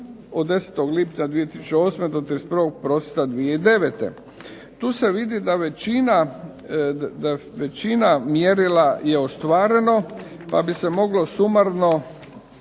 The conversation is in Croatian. od 10. lipnja 2008. do 31. prosinca 2009. Tu se vidi da većina mjerila je ostvareno pa bi se moglo sumarno